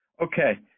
Okay